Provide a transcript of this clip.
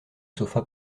sofa